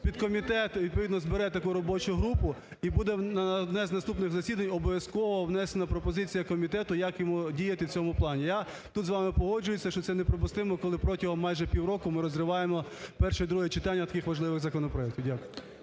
підкомітет відповідно збере таку робочу групу і буде на одне з наступних засідань обов'язково внесена пропозиція комітету, як йому діяти в цьому плані. Я тут з вами погоджуюсь, що це неприпустимо, коли протягом майже півроку ми розриваємо перше і друге читання таких важливих законопроектів. Дякую.